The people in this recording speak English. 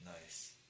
Nice